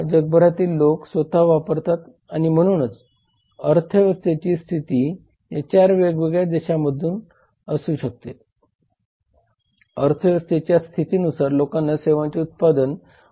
मग आपण कायद्याकडे येऊया कायदे म्हणजे ज्या प्रक्रियेद्वारे बिले मंजूर केली जातात नाकारली किंवा रद्द केली जातात त्या प्रक्रियेला सूचित करते